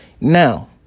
Now